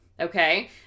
okay